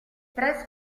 tre